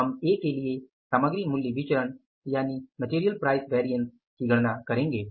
हम A के लिए सामग्री मूल्य विचरण MPV की गणना करेंगे